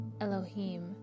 Elohim